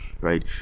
right